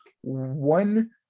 one